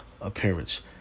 appearance